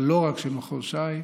אבל לא רק של מחוז ש"י,